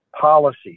policy